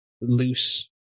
loose